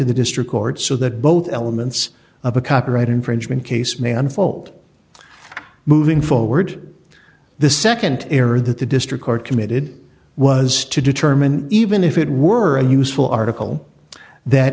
to the district court so that both elements of a copyright infringement case may unfold moving forward the nd error that the district court committed was to determine even if it were a useful article that